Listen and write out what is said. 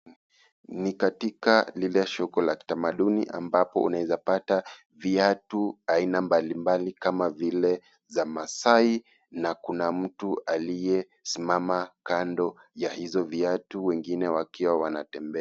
Ni katika lile soko la kitamaduni ambapo unaeza pata viatu aina mbali mbali kama vile za maasai na kuna mtu aliyesimama kando ya hizo viatu wengine wakiwa wanatembea.